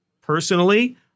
personally